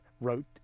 wrote